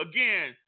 Again